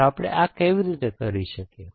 તો આપણે આ કેવી રીતે કરી શકીએ